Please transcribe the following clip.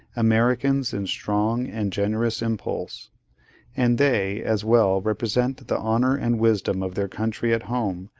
americans in strong and generous impulse and they as well represent the honour and wisdom of their country at home,